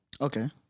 Okay